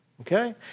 Okay